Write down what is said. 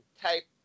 type